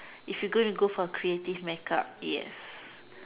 if you gonna go for creative makeup yes